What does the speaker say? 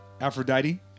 Aphrodite